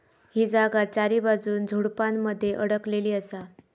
ही जागा चारीबाजून झुडपानमध्ये अडकलेली असा